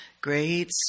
Great